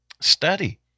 study